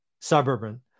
suburban